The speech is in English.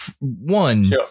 One